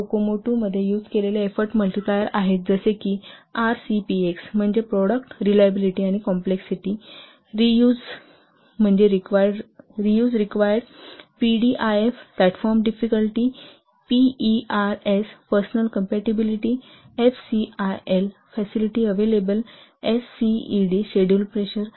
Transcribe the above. COCOMO II मध्ये use असलेले effort multiplier आहेत जसे की आरसीपीएक्स म्हणजे प्रॉडक्ट रिलॅबिलिटी आणि कॉम्प्लेक्सिटी RUSE म्हणजे reuse required PDIF platform difficulty PERS personal capability FCIL facility available SCED schedule pressure